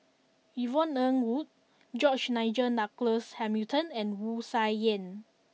Yvonne Ng Uhde George Nigel Douglas Hamilton and Wu Tsai Yen